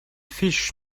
fisch